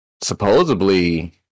supposedly